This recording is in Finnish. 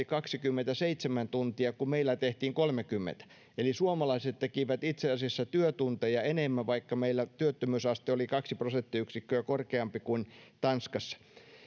kaksikymmentäseitsemän tuntia kun meillä tehtiin kolmekymmentä eli suomalaiset tekivät itseasiassa työtunteja enemmän vaikka meillä työttömyysaste oli kaksi prosenttiyksikköä korkeampi kuin tanskassa